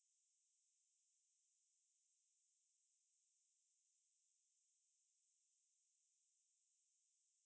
but ஒருத்தன் வந்து பக்கத்திலே உட்கார்ந்துட்டு:oruten vanthu pakkatthile utkaarnthuttu oh இது பண்ணு அது பண்ணு இது வந்து:ithu pannu athu pannu ithu vanthu edit பண்ணுனு சொல்லனும்னா:pannunu sollnumnaa